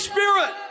Spirit